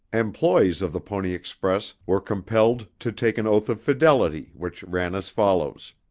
employees of the pony express were compelled to take an oath of fidelity which ran as follows